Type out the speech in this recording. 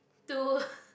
two